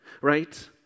right